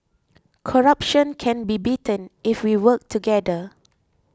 corruption can be beaten if we work together